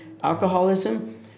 alcoholism